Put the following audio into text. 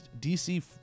DC